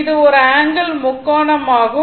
இது ஒரு ஆங்கிள் முக்கோணம் ஆகும்